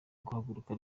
guhaguruka